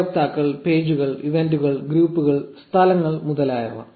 ഉപയോക്താക്കൾ പേജുകൾ ഇവന്റുകൾ ഗ്രൂപ്പുകൾ സ്ഥലങ്ങൾ മുതലായവ